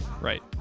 Right